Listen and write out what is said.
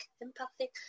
Empathic